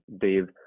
Dave